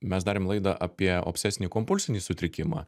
mes darėm laidą apie obsesinį kompulsinį sutrikimą